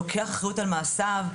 לוקח אחריות על מעשיו,